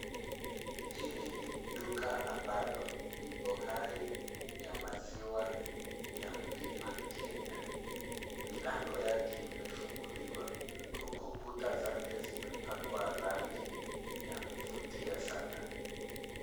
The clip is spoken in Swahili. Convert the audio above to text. Hili ni duka ambalo ni bohari ya maziwa ya mlima Kenya. Milango yake imefunguliwa huku kuta zake zimepakwa rangi ya kuvutia sana.